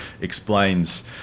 explains